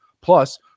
Plus